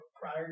prior